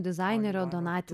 dizainerio donati